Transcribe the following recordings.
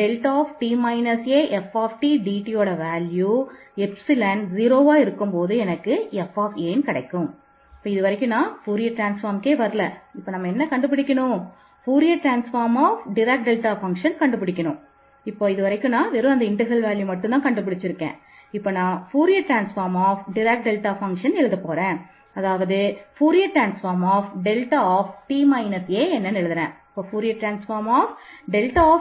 மற்றும் இதிலிருந்து நமக்கு கிடைப்பது ∞t aft dtf இப்பொழுது நாம் கண்டுபிடிக்க வேண்டிய உண்மையான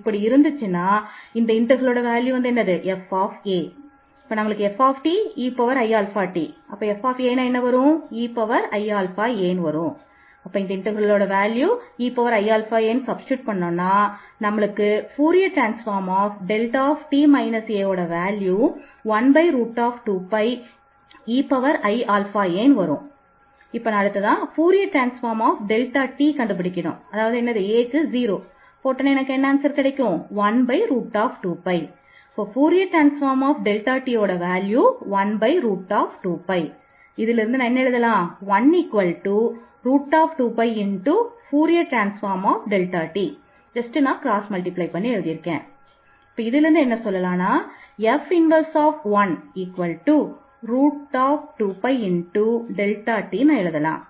கணக்கிற்கு வரலாம்